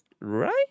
Right